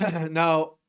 Now